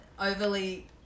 overly